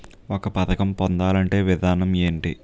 ఒక పథకం పొందాలంటే విధానం ఏంటి?